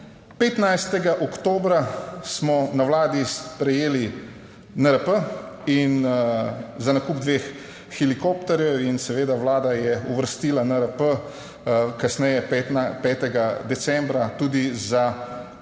15. oktobra smo na Vladi sprejeli NRP in za nakup dveh helikopterjev. In seveda Vlada je uvrstila NRP kasneje 5. decembra tudi za ureditev